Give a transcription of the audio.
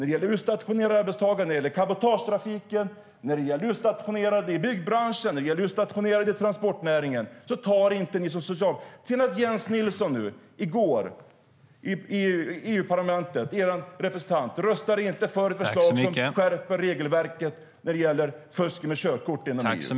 Det gäller utstationerade arbetstagare, cabotagetrafik, utstationerade i byggbranschen och utstationerade i transportnäringen. Er representant i EU-parlamentet, Jens Nilsson, röstade inte i går för ett förslag som skärper regelverket för fusk med körkort inom EU. Vi tar ett delat ansvar.